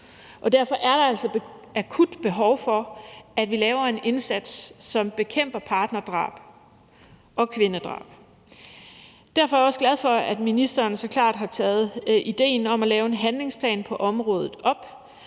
Derfor er der altså akut behov for, at vi laver en indsats, som bekæmper partnerdrab og kvindedrab. Derfor er jeg også glad for, at ministeren så klart har taget idéen om at lave en handlingsplan på området op.